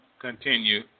continue